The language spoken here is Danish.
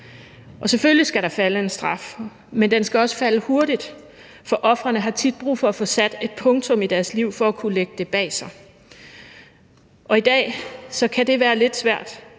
Og selvfølgelig skal der falde en straf, men den skal også falde hurtigt, for de pårørende til ofrene har tit brug for at få sat et punktum i deres liv for at kunne lægge det bag sig. I dag kan det være lidt svært.